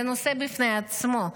זה נושא בפני עצמו.